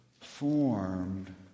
formed